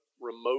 remote